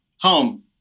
Home